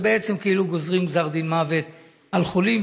זה בעצם כאילו גוזרים גזר דין מוות על חולים.